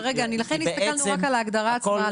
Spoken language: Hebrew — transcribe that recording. לכן הסתכלנו רק על ההגדרה עצמה,